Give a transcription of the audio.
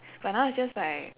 but now it's just like